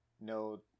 no